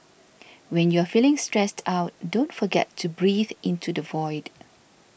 when you are feeling stressed out don't forget to breathe into the void